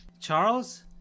charles